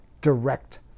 direct